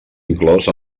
inclòs